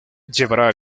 llevará